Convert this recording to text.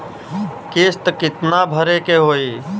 किस्त कितना भरे के होइ?